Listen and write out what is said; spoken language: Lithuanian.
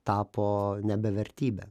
tapo nebe vertybe